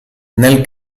nel